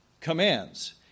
commands